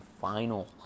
final